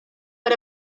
per